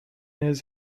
his